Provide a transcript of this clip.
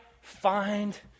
find